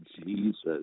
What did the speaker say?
Jesus